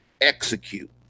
execute